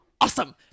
Awesome